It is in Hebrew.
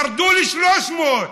ירדו ל-300.